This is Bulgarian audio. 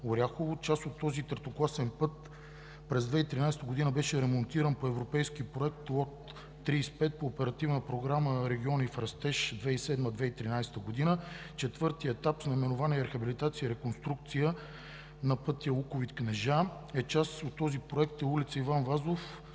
Част от този третокласен път през 2013 г. беше ремонтиран по Европейски проект лот 35 по Оперативна програма „Региони в растеж“ 2007 – 2013 г. Четвъртият етап с наименование „Рехабилитация и реконструкция“ на пътя Луковит – Кнежа е част от този проект на улица „Иван Вазов“